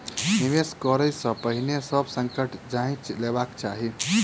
निवेश करै से पहिने सभ संकट जांइच लेबाक चाही